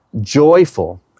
joyful